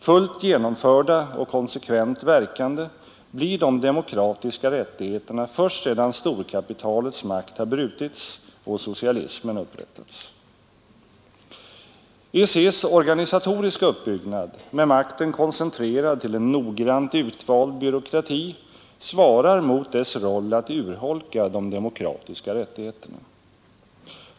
Fullt genomförda och konsekvent verkande blir de demokratiska rättigheterna först sedan storkapitalets makt brutits och socialismen upprättats EEC':s organisatoriska uppbyggnad, med makten koncentrerad till en noggrant utvald byråkrati, svarar mot dess roll att urholka de demokratiska rättigheterna.